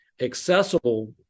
accessible